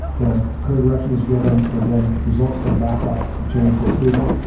and career direction is given and then results come back up the chain for approval.